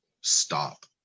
stop